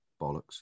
bollocks